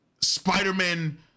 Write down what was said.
spider-man